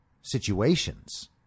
situations